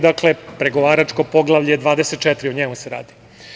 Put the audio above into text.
Dakle, pregovaračko poglavlje 24, o njemu se radi.